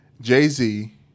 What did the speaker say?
Jay-Z